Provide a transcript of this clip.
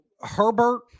Herbert